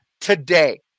today